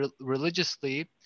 religiously